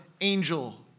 angel